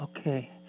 Okay